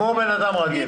כמו אדם רגיל.